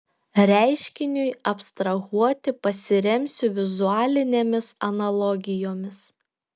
reiškiniui abstrahuoti pasiremsiu vizualinėmis analogijomis